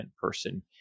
person